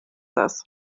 das